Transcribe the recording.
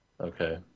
Okay